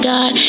God